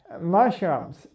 mushrooms